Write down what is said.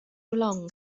long